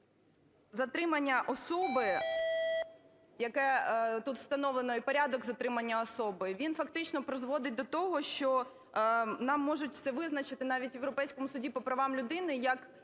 затримання особи, яке тут встановлене, і порядок затримання особи, він фактично призводить до того, що нам можуть це визначити навіть в Європейському суді по правам людини як